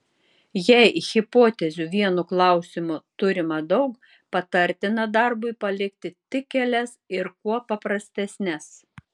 jei hipotezių vienu klausimu turima daug patartina darbui palikti tik kelias ir kuo paprastesnes